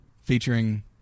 Featuring